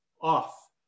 off